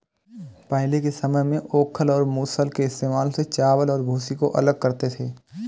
पहले के समय में ओखल और मूसल के इस्तेमाल से चावल और भूसी को अलग करते थे